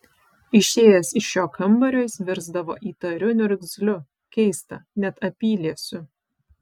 išėjęs iš šio kambario jis virsdavo įtariu niurgzliu keista net apyliesiu